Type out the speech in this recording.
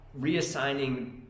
reassigning